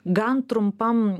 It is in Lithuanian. gan trumpam